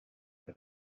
over